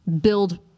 build